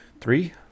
three